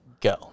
Go